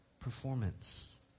Performance